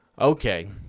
Okay